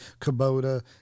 Kubota